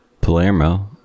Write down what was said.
Palermo